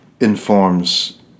informs